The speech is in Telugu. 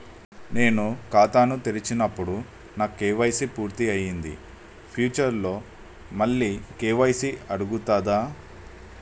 నేను ఖాతాను తెరిచినప్పుడు నా కే.వై.సీ పూర్తి అయ్యింది ఫ్యూచర్ లో మళ్ళీ కే.వై.సీ అడుగుతదా?